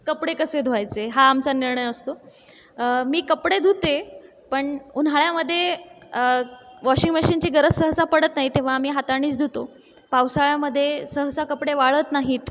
कपडे कसे धुवायचे हा आमचा निर्णय असतो मी कपडे धुते पण उन्हाळयामधे वॉशिंग मशीनची गरज सहसा पडत नाही तेव्हा आम्ही हातानीच धुतो पावसाळ्यामधे सहसा कपडे वाळत नाहीत